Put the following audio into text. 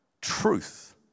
truth